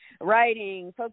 writing